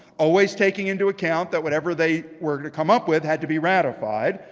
always taking into account that whatever they were to come up with had to be ratified.